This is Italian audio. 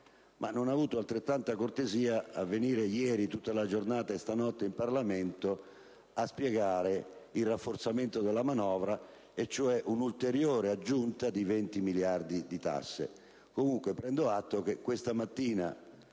non ha avuto altrettanta cortesia a venire ieri, in tutta la giornata o questa notte, in Parlamento per spiegare il rafforzamento della manovra, cioè il motivo dell'ulteriore aggiunta di 20 miliardi di tasse. Comunque, prendo atto del fatto che questa mattina